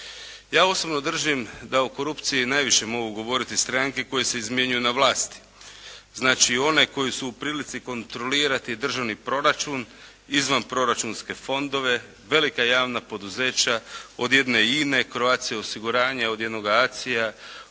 Ja osobno držim da o korupciji najviše mogu govoriti stranke koje se izmjenjuju na vlasti. Znači one koje su u prilici kontrolirati državni proračun, izvanproračunske fondove, velika javna poduzeća od jedne INA-e, Croatia osiguranja, od jednoga